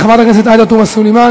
חברת הכנסת עאידה תומא סלימאן.